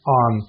on